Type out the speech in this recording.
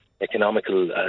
economical